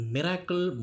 Miracle